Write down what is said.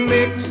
Mix